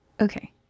Okay